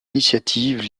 initiatives